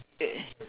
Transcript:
uh